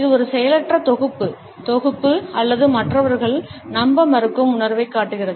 இது ஒரு செயலற்ற தொகுப்பு தொகுப்பு அல்லது மற்றவர்களை நம்ப மறுக்கும் உணர்வைக் காட்டுகிறது